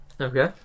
Okay